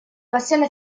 passione